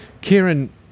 Kieran